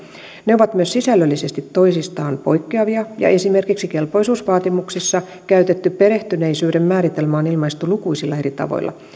ne ovat myös sisällöllisesti toisistaan poikkeavia ja esimerkiksi kelpoisuusvaatimuksissa käytetty perehtyneisyyden määritelmä on ilmaistu lukuisilla eri tavoilla